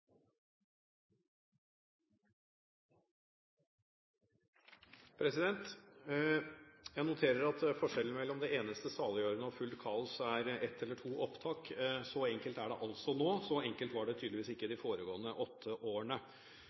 Jeg noterer meg at forskjellen mellom det eneste saliggjørende og fullt kaos er ett eller to opptak. Så enkelt er det altså nå, men så enkelt var det tydeligvis ikke de foregående åtte årene.